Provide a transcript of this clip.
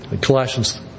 Colossians